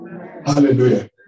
Hallelujah